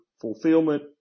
fulfillment